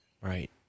Right